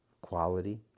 quality